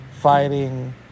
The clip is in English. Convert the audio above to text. fighting